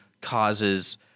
causes